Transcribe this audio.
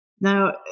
Now